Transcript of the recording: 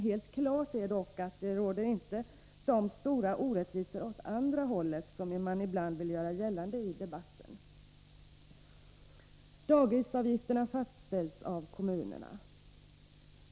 Helt klart står dock att det inte råder så stora orättvisor åt andra hållet som man ibland vill göra gällande i debatten. Dagisavgifterna fastställs av kommunerna.